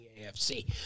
AFC